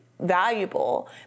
valuable